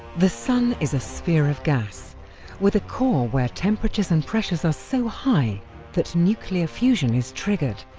the sun is a sphere of gas with a core where temperatures and pressures are so high that nuclear fusion is triggered,